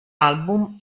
album